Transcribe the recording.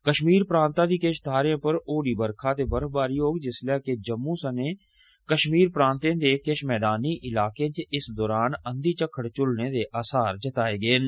कश्मीर प्रांता दिए किश थाहरें पर हौली बरखा ते बर्फबारी होग जिसलै के जम्मू सने कश्मीर प्रांता दे किश पदरें इलाकें च इस्स दौरान अंधी झक्खड़ झुलने दे असार बी जताए गेदे न